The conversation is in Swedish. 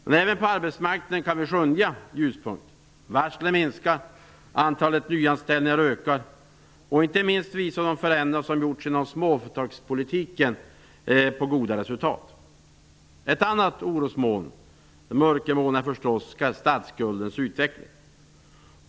Men även på arbetsmarknaden kan vi skönja ljuspunkter; varslen minskar och antalet nyanställningar ökar. Inte minst visar de förändringar som gjorts vad gäller småföretagarpolitiken goda resultat. Ett annat orosmoln är statsskuldens utveckling.